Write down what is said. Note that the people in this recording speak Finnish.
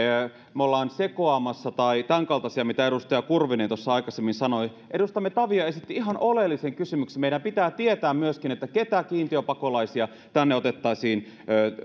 me olemme sekoamassa tai tai senkaltaisia mitä edustaja kurvinen tuossa aikaisemmin sanoi edustajamme tavio esitti ihan oleellisen kysymyksen meidän pitää tietää myöskin keitä kiintiöpakolaisia tänne